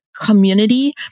community